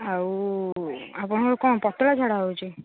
ଆଉ ଆପଣଙ୍କର କ'ଣ ପତଳା ଝାଡ଼ା ହେଉଛି